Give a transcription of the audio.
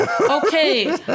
Okay